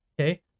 okay